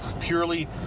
purely